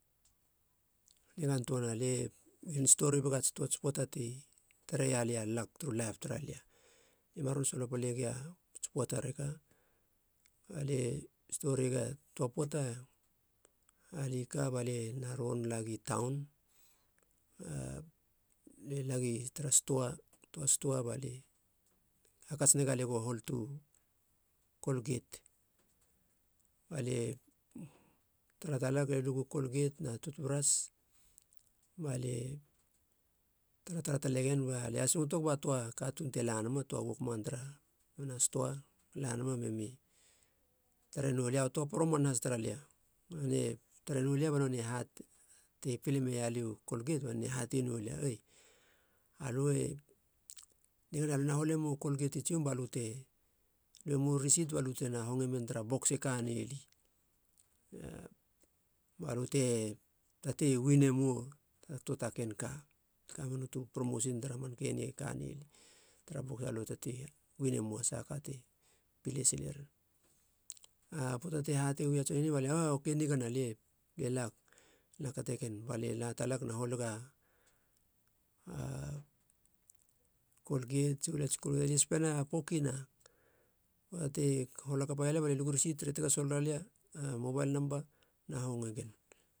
Nigantoana lie gamon stori buga ats toa. Poata ti tare ialia a lag turu laip tara lia. Aliama ron solopale gia poata reka alie storiga toa poata alie ka, balie na ron lagi taun. balie lag tara toa stoa balie hakats nega lie go hol tu kolget, balie taralag lie lugu kolget na tutbras. Balie taratara talegen balie asingotog ba toa katuun te lanama, a toa wokman tara nonei a stoa e lanama memi tare noulia. Tua poroman has tara lia, banonei tare noulia banonei hatei noulia, ei lui nigana alu na holemou kolget i tsiom ba lu te lue mou risit. Ba lu tena honge men tara box e kane li balu te tatei winemou ta töa ta ken ka, kamenu töa u promosin tara mankeni e kanei li, nonei tara poata alu e tatei winemou sahaka te pile sileren. Poata te hatei ui a tson eni okei lie, lie lag na kategen balie latalag na holiga u kolget ats huol ats kolget lie i spen a pokina ti hol hakapa ialia balie lugu risit, retega soloralia a mobail namba na honge gen